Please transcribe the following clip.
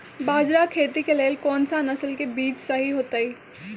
बाजरा खेती के लेल कोन सा नसल के बीज सही होतइ?